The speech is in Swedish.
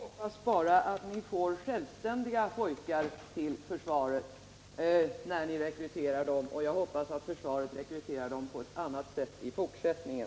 Herr talman! Jag hoppas bara att ni får självständiga pojkar till försvaret genom er rekrytering, och jag hoppas också att försvaret rekryterar dem på ett annat sätt i fortsättningen.